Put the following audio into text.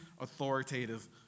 authoritative